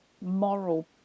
moral